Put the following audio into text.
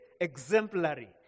exemplary